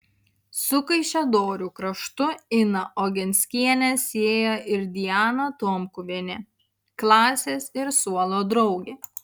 su kaišiadorių kraštu iną ogenskienę sieja ir diana tomkuvienė klasės ir suolo draugė